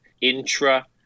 intra